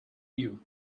you